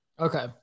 okay